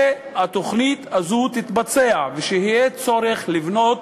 שהתוכנית הזאת תתבצע ושיהיה צורך לבנות